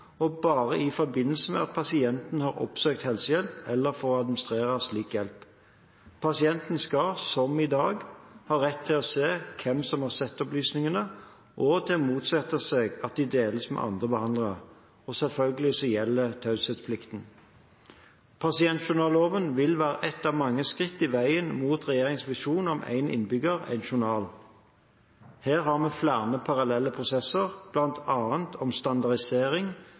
og bare i forbindelse med at pasienten har oppsøkt helsehjelp, eller for å administrere slik hjelp. Pasienten skal, som i dag, ha rett til å se hvem som har sett opplysningene, og til å motsette seg at de deles med andre behandlere. Selvfølgelig gjelder taushetsplikten. Pasientjournalloven vil være ett av mange skritt på veien mot regjeringens visjon om «én innbygger – én journal». Her har vi flere parallelle prosesser, bl.a. om standardisering,